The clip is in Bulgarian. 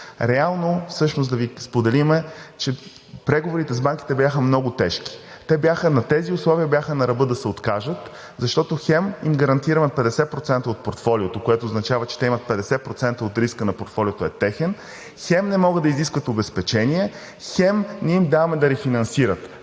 Реално всъщност да Ви споделим, че преговорите с банките бяха много тежки. При тези условия те бяха на ръба да се откажат, защото хем им гарантираме 50% от портфолиото, което означава, че те имат – 50% от риска на портфолиото е техен, хем не могат да изискват обезпечение, хем не им даваме да рефинансират.